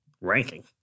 Ranking